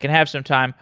can have some time.